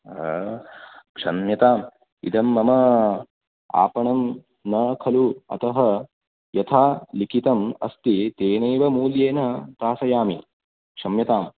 क्षम्यताम् इदं मम आपणं न खलु अतः यथा लिखितम् अस्ति तेनैव मूल्येन दास्यामि क्षम्यताम्